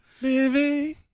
Living